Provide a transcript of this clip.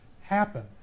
happen